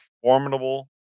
formidable